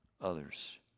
others